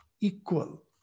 equal